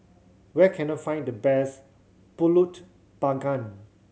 where can I find the best Pulut Panggang